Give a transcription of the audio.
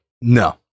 No